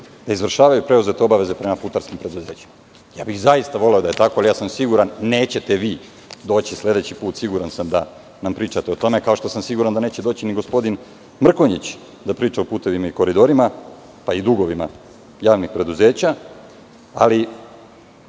da izvršava preuzete obaveze prema putarskim preduzećima. Ja bih zaista voleo da je tako, ali ja sam siguran nećete vi doći sledeći put, siguran sam da nam pričate o tome, kao što sam siguran da neće doći ni gospodin Mrkonjić da priča o putevima i koridorima, pa i dugovima javnih preduzeća. Nije